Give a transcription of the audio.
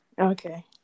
Okay